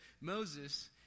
Moses